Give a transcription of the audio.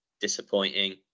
disappointing